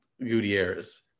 Gutierrez